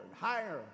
higher